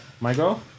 Michael